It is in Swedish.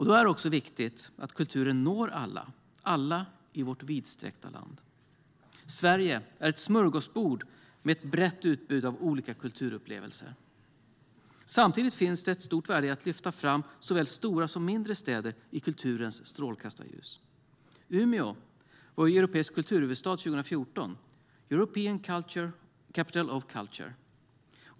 Då är det också viktigt att kulturen når alla i vårt vidsträckta land. Sverige är ett smörgåsbord med ett brett utbud av olika kulturupplevelser. Samtidigt finns det ett stort värde i att lyfta fram såväl stora som mindre städer i kulturens strålkastarljus. Umeå var europeisk kulturhuvudstad 2014, European Capital of Culture.